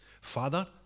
Father